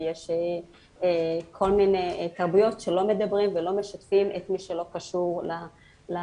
יש כל מיני תרבויות שלא מדברים ולא משתפים את מי שלא קשור לסוגיה,